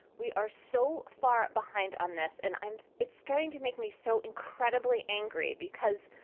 we are so far behind on this and and it's starting to make me so incredibly angry because,